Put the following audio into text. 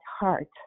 heart